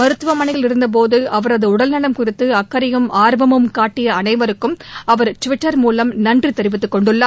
மருத்துவமனையில் இருந்தபோது அவரது உடல்நலம் குறித்து அக்கறையும் ஆர்வமும் காட்டிய அனைவருக்கும் அவர் டுவிட்டர் மூலம் நன்றி தெரிவித்து கொண்டுள்ளார்